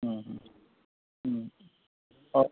ആ